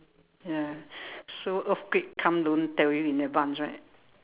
ya so earthquake come don't tell you in advance right